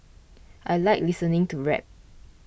I like listening to rap